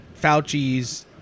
Fauci's